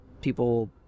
people